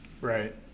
right